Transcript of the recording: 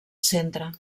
centre